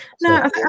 No